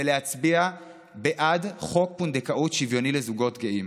ולהצביע בעד חוק פונדקאות שוויוני לזוגות גאים.